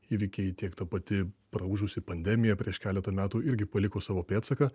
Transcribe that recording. įvykiai tiek ta pati praūžusi pandemija prieš keletą metų irgi paliko savo pėdsaką